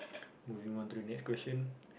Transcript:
moving onto the next question